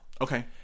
Okay